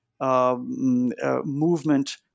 movement